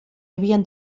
havien